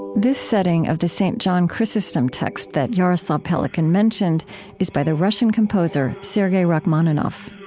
this setting of the st. john chrysostom text that jaroslav pelikan mentioned is by the russian composer sergei rachmaninov